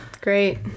Great